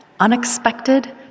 unexpected